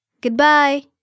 Goodbye